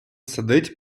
сидить